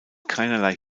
keinerlei